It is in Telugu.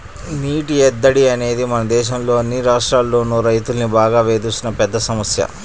నీటి ఎద్దడి అనేది మన దేశంలో అన్ని రాష్ట్రాల్లోనూ రైతుల్ని బాగా వేధిస్తున్న పెద్ద సమస్య